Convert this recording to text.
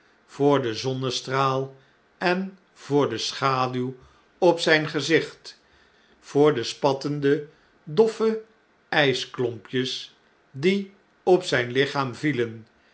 voor den zonnestraal en voor de schaduw op zijn gezicht voor de spattende doffe ijsklompjes die op zijn lichaam vielen